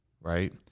right